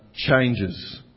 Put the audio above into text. Changes